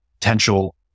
potential